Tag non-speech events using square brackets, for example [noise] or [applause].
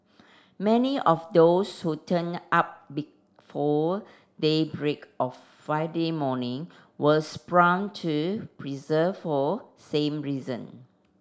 many of those who turned up before daybreak on Friday morning were [unintelligible] to persevere for same reason